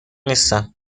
نیستم